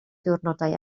diwrnodau